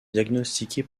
diagnostiqué